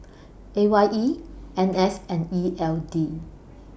A Y E N S and E L D